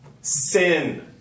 Sin